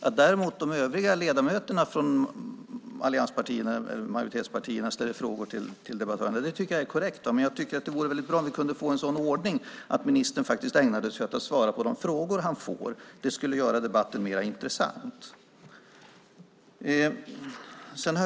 Att däremot de övriga ledamöterna från allianspartierna eller majoritetspartierna ställer frågor till meddebattörerna tycker jag är korrekt. Men jag tycker att det vore väldigt bra om vi kunde få en sådan ordning att ministern faktiskt ägnade sig åt att svara på de frågor han får. Det skulle göra debatten mer intressant.